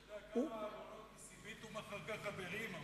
אתה יודע כמה סיבית הוא מכר לחברים?